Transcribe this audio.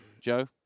Joe